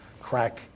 crack